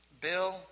Bill